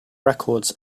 records